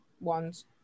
ones